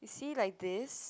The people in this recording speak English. you see like this